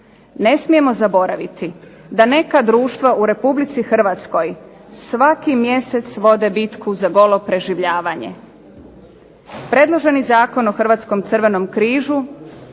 Ne smijemo zaboraviti da neka društva u Republici Hrvatskoj svaki mjesec vode bitku za golo preživljavanje. Predloženi Zakon o Hrvatskom Crvenom križu